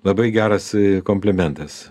labai geras komplimentas